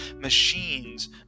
machines